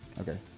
Okay